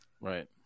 Right